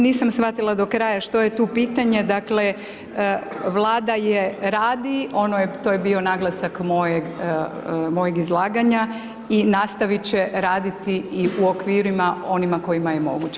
Nisam shvatila do kraja, što je tu pitanje, dakle, vlada je radi, ono, to je bio naglasak mojeg izlaganja i nastaviti će raditi u okvirima onima kojima je moguće.